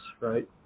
right